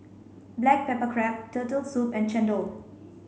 black pepper crab turtle soup and Chendol